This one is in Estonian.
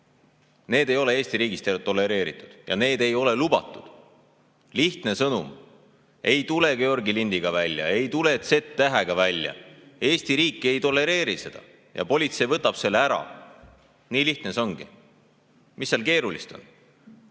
ei ole Eesti riigis tolereeritud ja need ei ole lubatud. Lihtne sõnum: ei tule Georgi lindiga välja, ei tule Z-tähega välja. Eesti riiki ei tolereeri seda ja politsei võtab selle ära. Nii lihtne see ongi. Mis seal keerulist on?